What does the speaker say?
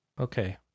Okay